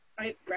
Right